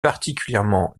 particulièrement